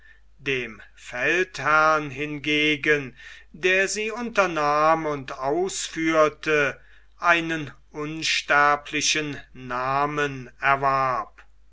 dem feldherrn hingegen der sie unternahm und ausführte einen unsterblichen namen erwarb